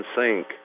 sink